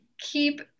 keep